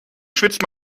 schwitzt